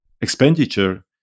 expenditure